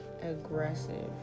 Aggressive